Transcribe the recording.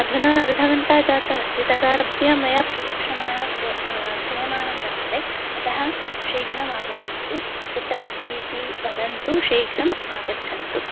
अधुना अर्धघण्टा जाता अस्ति तदा आरभ्य मया प्रतीक्षमाणा कृ क्रियमाणं वर्तते अतः शीघ्रम् आगच्छन्तु कुत्र अस्ति इति वदन्तु शीघ्रम् आगच्छन्तु